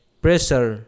pressure